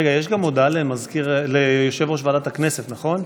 רגע, יש גם הודעה ליושב-ראש ועדת הכנסת, נכון?